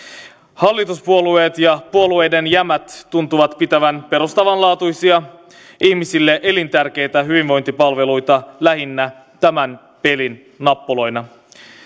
hallituspuolueet ja puolueiden jämät tuntuvat pitävän perustavanlaatuisia ihmisille elintärkeitä hyvinvointipalveluita lähinnä tämän pelin nappuloina